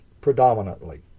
predominantly